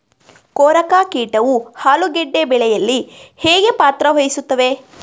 ಕೊರಕ ಕೀಟವು ಆಲೂಗೆಡ್ಡೆ ಬೆಳೆಯಲ್ಲಿ ಹೇಗೆ ಪಾತ್ರ ವಹಿಸುತ್ತವೆ?